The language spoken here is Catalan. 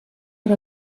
per